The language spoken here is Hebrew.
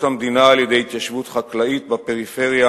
המדינה על-ידי התיישבות חקלאית בפריפריה,